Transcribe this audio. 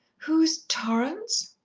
who's torrance?